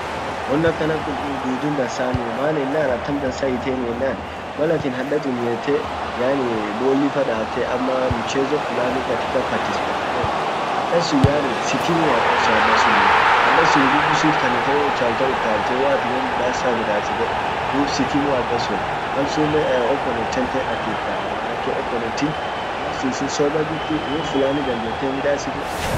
won akanantun dudun dansamu maan ennan atam dansa hiiteini ennan maal at hadda tumiete bolli fa datte ama mchezo fulani katika patispetitet hadansun yaaani sitimuu abbansun hadda sunii hadansun nguvu sit kannitte woutalcha, waatin won middasa middasite dub sitiomuu abbansun opponent tente athirtaa maanake opponentin sober jirti won fulani dandette himmidasitu at ammo himmidasita wonakasisun dub dansamu.